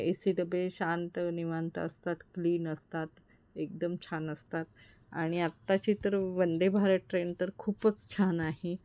ए C डबे शांत निवांत असतात क्लीन असतात एकदम छान असतात आणि आत्ताची तर वंदेभारत ट्रेन तर खूपच छान आहे